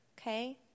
Okay